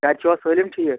گھرِ چھُوا سٲلِم ٹھیٖک